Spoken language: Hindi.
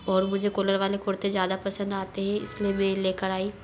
और मुझे कॉलर वाले कुर्ते ज़्यादा पसंद आते हैं इस लिए मैं ले कर आई